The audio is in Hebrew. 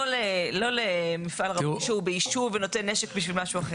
לא למפעל ראוי שהוא באישור ונותן נשק בשביל משהו אחר.